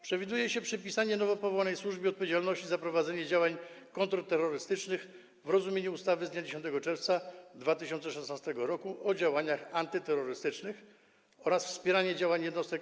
Przewiduje się przypisanie nowo powołanej służbie odpowiedzialności za prowadzenie działań kontrterrorystycznych w rozumieniu ustawy z dnia 10 czerwca 2016 r. o działaniach antyterrorystycznych oraz wspieranie działań jednostek